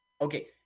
okay